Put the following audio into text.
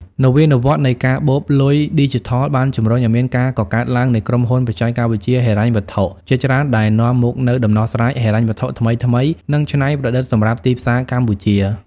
នវានុវត្តន៍នៃកាបូបលុយឌីជីថលបានជម្រុញឱ្យមានការកកើតឡើងនៃក្រុមហ៊ុនបច្ចេកវិទ្យាហិរញ្ញវត្ថុ ជាច្រើន ដែលនាំមកនូវដំណោះស្រាយហិរញ្ញវត្ថុថ្មីៗ និងច្នៃប្រឌិតសម្រាប់ទីផ្សារកម្ពុជា។